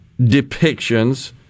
depictions